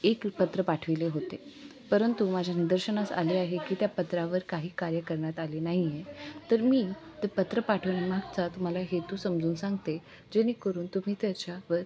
एक पत्र पाठवले होते परंतु माझ्या निदर्शनास आले आहे की त्या पत्रावर काही कार्य करण्यात आले नाही आहे तर मी ते पत्र पाठवण्यामागचा तुम्हाला हेतू समजून सांगते जेणेकरून तुम्ही त्याच्यावर